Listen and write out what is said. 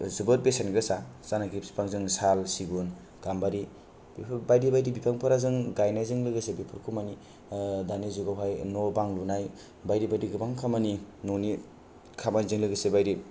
जोबोत बेसेन गोसा जायनाखि बिफां जों साल सिगुन गामभारि बेफोर बायदि बायदि बिफां फोरा जों गायनाय जों लोगोसे बेफोरखौ माने दानि जुगाव हाय न' बां लुनाय बायदि बायदि गोबां खामानि न'नि खामानिजों लोगोसे